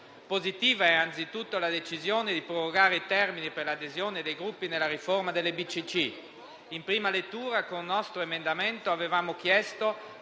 Positiva è anzitutto la decisione di prorogare i termini per l'adesione dei gruppi nella riforma delle BCC. In prima lettura, con un nostro emendamento, avevamo chiesto